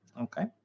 okay